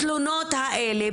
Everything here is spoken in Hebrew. התלונות האלה,